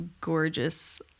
gorgeous